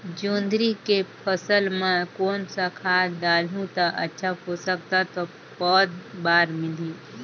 जोंदरी के फसल मां कोन सा खाद डालहु ता अच्छा पोषक तत्व पौध बार मिलही?